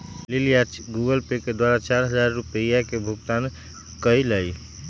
लिलीया Google Pay द्वारा चार हजार रुपिया के भुगतान कई लय